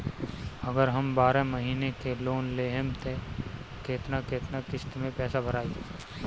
अगर हम बारह महिना के लोन लेहेम त केतना केतना किस्त मे पैसा भराई?